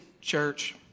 church